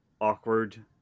awkward